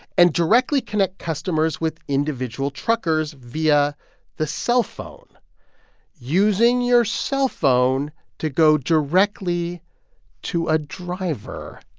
and directly connect customers with individual truckers via the cellphone using your cellphone to go directly to a driver.